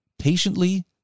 patiently